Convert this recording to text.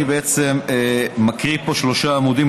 אני מקריא פה שלושה עמודים.